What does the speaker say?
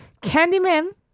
Candyman